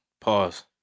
Pause